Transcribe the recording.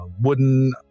wooden